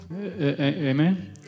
Amen